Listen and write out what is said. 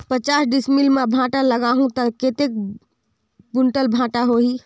पचास डिसमिल मां भांटा लगाहूं ता कतेक कुंटल भांटा होही?